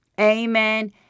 Amen